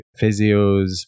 physios